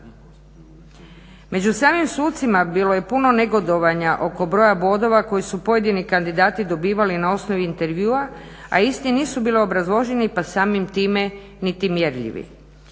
Među samim sucima bilo je puno negodovanja oko broja bodova koji su pojedini kandidati dobivali na osnovi intervjua, a isti nisu bili obrazloženi, pa samim time niti mjerljivi.